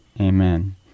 amen